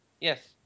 yes